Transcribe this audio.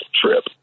trip